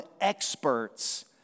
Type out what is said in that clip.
experts